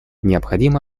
необходимо